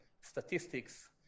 statistics